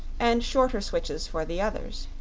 and shorter switches for the others.